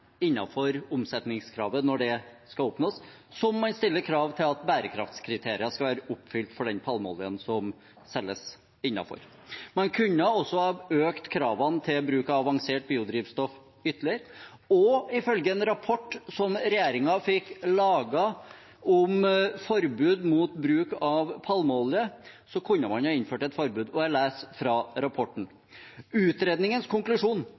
omsetningskravet når det skal oppnås, og så må man stille krav til at bærekraftskriterier skal være oppfylt for den palmeoljen som selges innenfor. Man kunne også ha økt kravene til bruk av avansert biodrivstoff ytterligere. Ifølge en rapport som regjeringen fikk laget om forbud mot bruk av palmeolje, kunne man ha innført et forbud. Jeg leser fra rapporten: Utredningens konklusjon